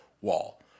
wall